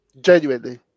Genuinely